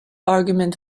argument